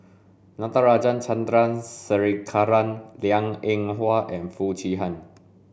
Natarajan Chandrasekaran Liang Eng Hwa and Foo Chee Han